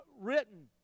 written